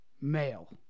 male